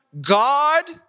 God